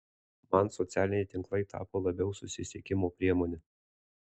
man socialiniai tinklai tapo labiau susisiekimo priemone